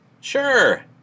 Sure